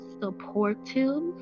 supportive